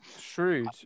shrewd